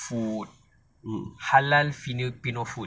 food halal filipino food